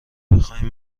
بخواین